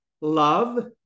love